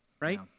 right